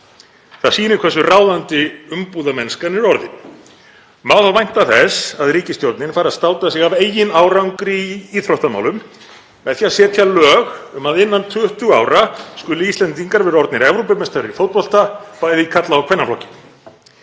Það sýnir hversu ráðandi umbúðamennskan er orðin. Má þá vænta þess að ríkisstjórnin fari að státa sig af eigin árangri í íþróttamálum með því að setja lög um að innan 20 ára skulu Íslendingar vera orðnir Evrópumeistarar í fótbolta bæði í karla- og kvennaflokki.